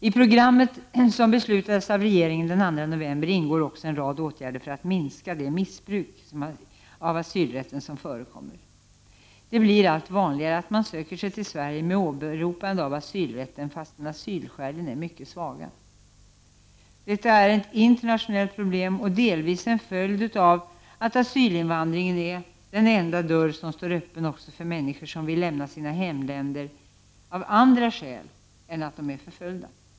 I programmet som regeringen fattade beslut om den 2 november ingår också en rad åtgärder som syftar till att minska det missbruk av asylrätten som förekommer. Det blir allt vanligare att man söker sig till Sverige med åberopande av asylrätten fastän asylskälen är mycket svaga. Detta är ett internationellt problem och delvis en följd av att asylinvandringen är den enda dörr som står öppen också för människor som vill lämna sina hemländer av andra skäl än att de är förföljda.